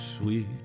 sweet